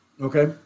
Okay